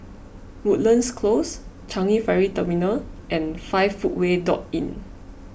Woodlands Close Changi Ferry Terminal and five Footway dot Inn